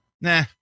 nah